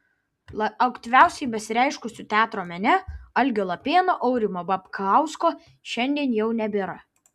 aktyviausiai besireiškusių teatro mene algio lapėno aurimo babkausko šiandien jau nebėra